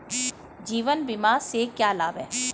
जीवन बीमा से क्या लाभ हैं?